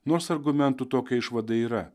nors argumentų tokia išvada yra